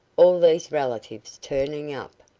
all these relatives turning up.